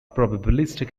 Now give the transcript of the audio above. probabilistic